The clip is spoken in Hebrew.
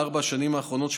בארבע השנים האחרונות,